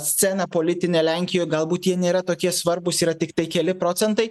sceną politinę lenkijoj galbūt jie nėra tokie svarbūs yra tiktai keli procentai